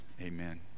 amen